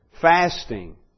fasting